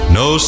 no